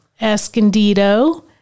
escondido